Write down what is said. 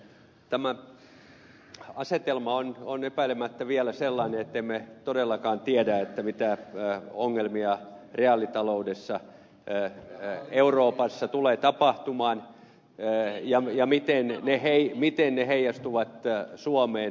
tämä asetelma on epäilemättä vielä sellainen ettemme todellakaan tiedä mitä ongelmia reaalitaloudessa euroopassa tulee ja miten ne heijastuvat suomeen